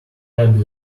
ebb